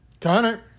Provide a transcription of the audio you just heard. Connor